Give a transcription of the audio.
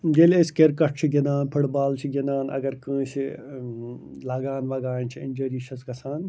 ییٚلہِ أسۍ کِرکٹ چھِ گِنٛدان فُٹ بال چھِ گِنٛدان اگر کٲنٛسہِ لگان وَگان چھِ اِنجری چھَس گَژھان